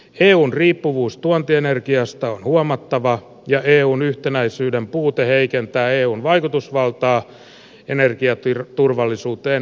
eun riippuvuus tuontienergiasta on huomattava ja eun yhtenäisyyden puute heikentää eun vaikutusvaltaa energiaturvallisuuteen liittyen